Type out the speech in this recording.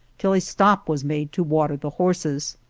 till a stop was made to water the horses.